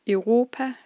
Europa